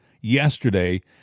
yesterday